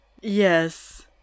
Yes